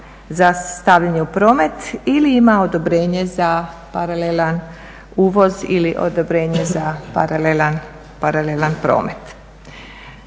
za stavljanje u promet ili ima odobrenje za paralelan uvoz ili odobrenje za paralelan promet.